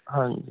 ਹਾਂਜੀ